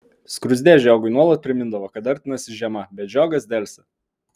skruzdė žiogui nuolat primindavo kad artinasi žiema bet žiogas delsė